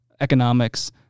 economics